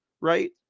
right